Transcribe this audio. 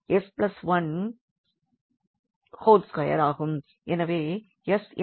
எனவே s என்பது s1 ஆல் மாற்றம் செய்யப்படும்